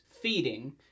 feeding